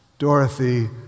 Dorothy